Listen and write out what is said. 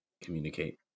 communicate